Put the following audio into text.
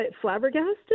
flabbergasted